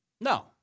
No